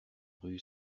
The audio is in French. rue